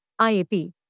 IAP